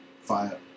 fire